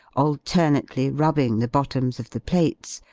alternately rubbing the bottoms of the plates,